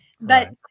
But-